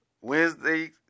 Wednesday